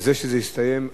וזה שזה הסתיים אחרת,